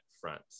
front